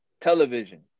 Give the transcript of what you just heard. television